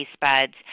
buds